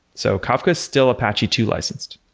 so, kafka is still apache two licensed.